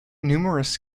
numerous